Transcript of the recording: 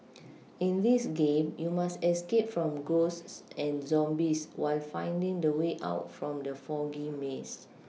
in this game you must escape from ghosts and zombies while finding the way out from the foggy maze